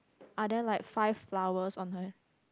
are there like five flowers on her